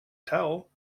towel